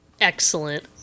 Excellent